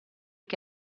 che